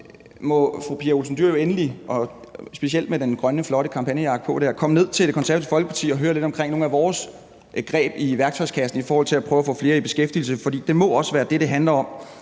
må fru Pia Olsen Dyhr jo endelig og specielt med den der flotte grønne kampagnejakke på komme ned til Det Konservative Folkeparti og høre lidt om nogle af vores greb i værktøjskassen i forhold til at prøve at få flere i beskæftigelse. For det må også være det, det handler om,